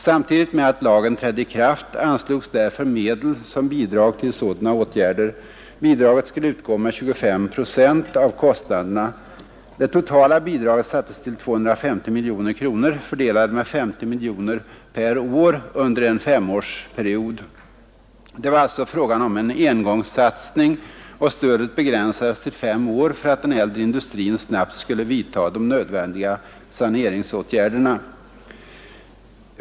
Samtidigt med att lagen trädde i kraft anslogs därför medel till bidrag till sådana åtgärder. Bidraget skulle utgå med 25 procent av kostnaderna. Det totala bidraget sattes till 250 miljoner kronor, fördelade med 50 miljoner kronor per år under en femårsperiod. Det var alltså frågan om en engångssatsning. Stödet begränsades till fem år för att den äldre industrin snabbt skulle vidta de nödvändiga saneringsåtgärderna.